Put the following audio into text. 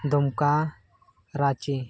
Dumka Ranchi